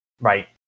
right